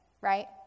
right